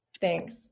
Thanks